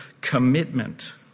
commitment